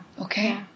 Okay